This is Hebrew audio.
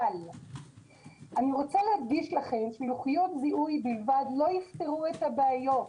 אבל לוחות זיהוי בלבד לא יפתרו את הבעיה.